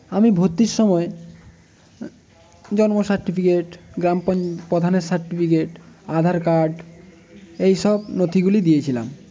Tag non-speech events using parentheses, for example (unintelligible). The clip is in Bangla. আমি ভর্তির সময় জন্ম সার্টিফিকেট গ্রাম (unintelligible) প্রধানের সার্টিফিকেট আধার কার্ড এই সব নথিগুলি দিয়েছিলাম